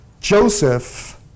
Joseph